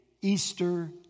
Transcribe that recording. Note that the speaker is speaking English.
Easter